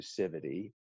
exclusivity